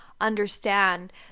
understand